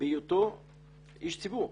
בהיותו איש ציבור.